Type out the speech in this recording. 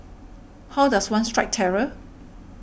how does one strike terror